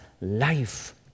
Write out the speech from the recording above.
life